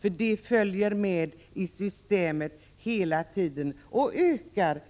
Detta följer med i systemet hela tiden, och det